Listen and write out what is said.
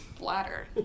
bladder